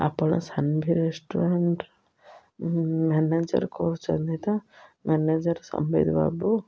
ଆପଣ Sanvi restaurant manager କହୁଛନ୍ତି ତ ମ୍ୟାନେଜର ସମ୍ବିତ ବାବୁ